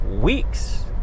weeks